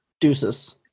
deuces